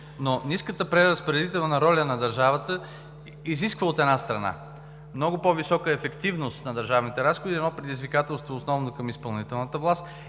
но ниската преразпределителна роля на държавата изисква, от една страна, много по-висока ефективност на държавните разходи – едно предизвикателство основно към изпълнителна власт,